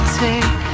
take